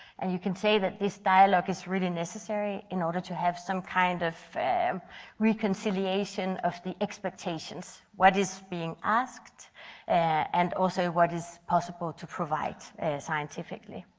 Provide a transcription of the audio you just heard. and you can say this dialogue is really necessary in order to have some kind of reconciliation of the expectations. what is being asked and also what is possible to provide scientifically.